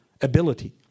ability